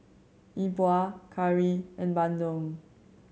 Yi Bua curry and bandung